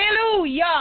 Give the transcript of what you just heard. Hallelujah